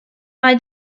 mae